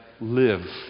live